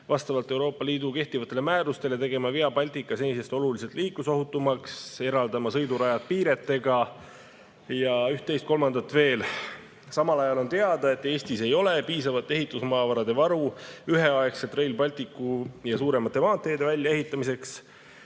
vastavalt Euroopa Liidu kehtivatele määrustele tegema Via Baltica senisest oluliselt liiklusohutumaks, eraldama sõidurajad piiretega ja üht-teist-kolmandat veel. Samal ajal on teada, et Eestis ei ole piisavalt ehitusmaavarade varu üheaegselt Rail Balticu ja suuremate maanteede väljaehitamiseks.